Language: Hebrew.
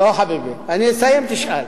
לא, חביבי, אני אסיים, תשאל.